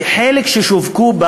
וחלק ששווקו,